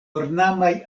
ornamaj